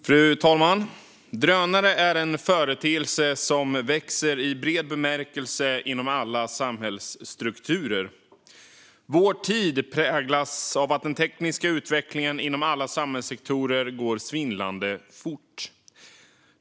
Fru talman! Drönare är en företeelse som växer i bred bemärkelse inom alla samhällsstrukturer. Vår tid präglas av att den tekniska utvecklingen inom alla samhällssektorer går svindlande fort.